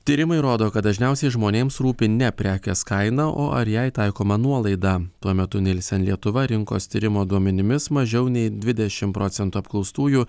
tyrimai rodo kad dažniausiai žmonėms rūpi ne prekės kaina o ar jai taikoma nuolaida tuo metu nielsen lietuva rinkos tyrimo duomenimis mažiau nei dvidešim procentų apklaustųjų